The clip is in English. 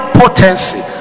potency